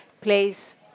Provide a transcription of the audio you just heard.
place